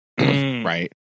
right